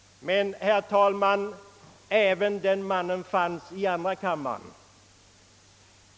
Men, herr talman, den mannen fanns också i andra kammaren.